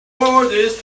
this